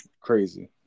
crazy